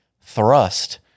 thrust